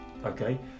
Okay